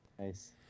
Nice